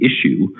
issue